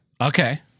Okay